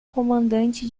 comandante